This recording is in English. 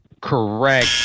correct